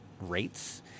rates